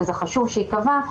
וזה חשוב שייקבע,